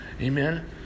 Amen